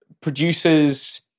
producers